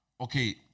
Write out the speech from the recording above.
okay